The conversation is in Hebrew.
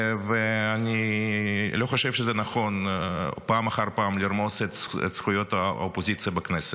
אני לא חושב שזה נכון לרמוס פעם אחר פעם את זכויות האופוזיציה בכנסת.